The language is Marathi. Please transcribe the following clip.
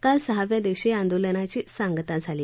काल सहाव्या दिवशी या आंदोलनाची सांगता झाली